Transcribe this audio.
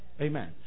Amen